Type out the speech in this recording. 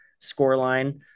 scoreline